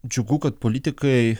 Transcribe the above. džiugu kad politikai